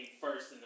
first